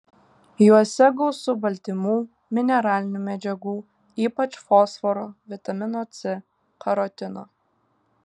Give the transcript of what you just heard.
juose gausu baltymų mineralinių medžiagų ypač fosforo vitamino c karotino